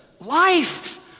life